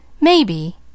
Maybe